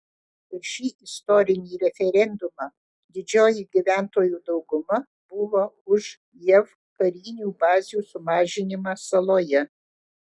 per šį istorinį referendumą didžioji gyventojų dauguma buvo už jav karinių bazių sumažinimą saloje